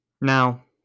Now